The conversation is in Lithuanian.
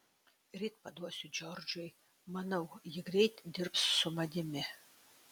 ryt paduosiu džordžui manau ji greit dirbs su manimi